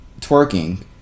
twerking